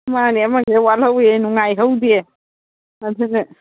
ꯃꯥꯅꯦ ꯑꯃꯁꯤꯅ ꯋꯥꯠꯂꯧꯋꯦ ꯅꯨꯡꯉꯥꯏꯍꯧꯗꯦ ꯑꯗꯨꯅ